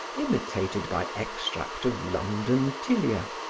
imitated by extract of london tilia,